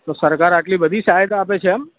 તો સરકાર આટલી બધી સહાયતા આપે છે એમ